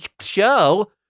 show